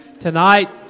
tonight